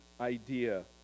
idea